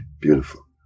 beautiful